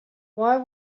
why